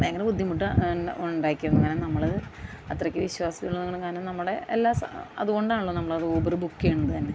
ഭയങ്കര ബുദ്ധിമുട്ടാണ് ഉണ്ടാക്കി അങ്ങനെ നമ്മൾ അത്രയ്ക്ക് വിശ്വാസം ഉള്ളത് കാരണം നമ്മുടെ എല്ലാ സ അതുകൊണ്ടാണല്ലോ നമ്മൾ ഊബർ ബുക്ക് ചെയ്യുന്നത് തന്നെ